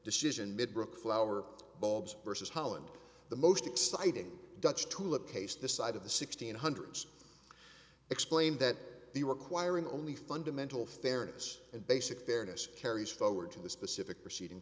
decision made brooke flower bulbs versus holland the most exciting dutch tulip case this side of the sixteen hundreds explained that the requiring only fundamental fairness and basic fairness carries forward to the specific proceeding